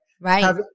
Right